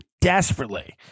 desperately